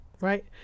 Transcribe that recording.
right